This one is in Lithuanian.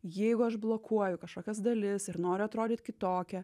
jeigu aš blokuoju kažkokias dalis ir noriu atrodyt kitokia